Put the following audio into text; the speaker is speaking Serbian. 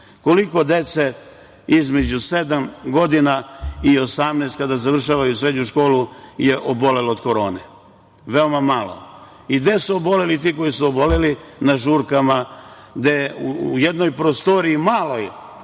koliko dece između sedam i 18 godina kada završavaju srednju školu je obolelo od korene. Veoma malo. I gde su oboleli ti koji su oboleli? Na žurkama, gde u jednoj maloj prostoriji, zato